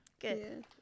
Good